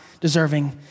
deserving